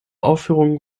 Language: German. aufführungen